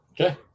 Okay